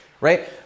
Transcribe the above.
right